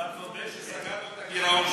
אבל תודה שסגרנו את הגירעון שלך.